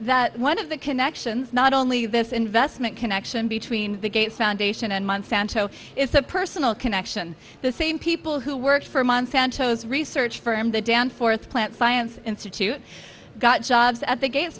that one of the connections not only this investment connection between the gates foundation and month santo is a personal connection the same people who work for monsanto's research firm the danforth plant science institute got jobs at the gates